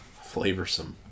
Flavorsome